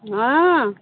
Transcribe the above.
हँ